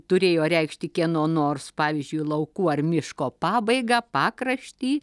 turėjo reikšti kieno nors pavyzdžiui laukų ar miško pabaigą pakraštį